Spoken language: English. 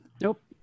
Nope